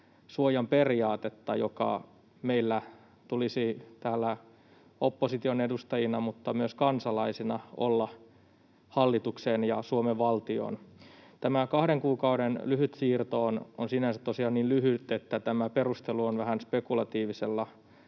periaatetta, joka meillä tulisi täällä opposition edustajina mutta myös kansalaisina olla hallitukseen ja Suomen valtioon. Tämä kahden kuukauden lyhyt siirto on sinänsä tosiaan niin lyhyt, että tämä perustelu on vähän spekulatiivisella